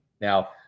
Now